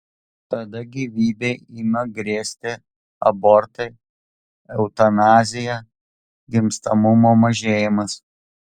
tada gyvybei ima grėsti abortai eutanazija gimstamumo mažėjimas